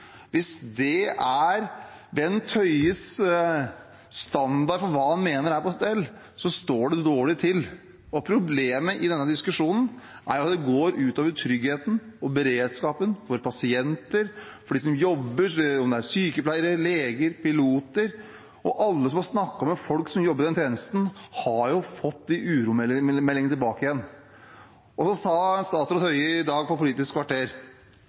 Hvis det er Bent Høies standard for hva han mener er på stell, står det dårlig til. Problemet i denne diskusjonen er at det går ut over tryggheten og beredskapen – for pasienter, for dem som jobber, om det er sykepleiere, leger eller piloter – og alle som har snakket med folk som jobber i den tjenesten, har fått uromeldinger tilbake. Statsråd Høie sa i Politisk kvarter i dag